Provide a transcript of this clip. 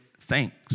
thanks